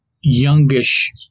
youngish